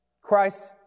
Christ